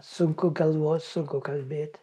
sunku galvot sunku kalbėt